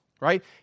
right